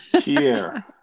Pierre